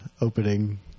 opening